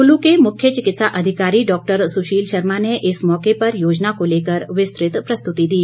कुल्लू के मुख्य चिकित्सा अधिकारी डाक्टर सुशील शर्मा ने इस मौके पर योजना को लेकर विस्तृत प्रस्तृति दी